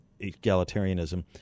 egalitarianism